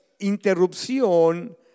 interrupción